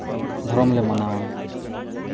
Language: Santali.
ᱫᱷᱚᱨᱚᱢ ᱞᱮ ᱢᱟᱱᱟᱣᱟ